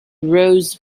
rose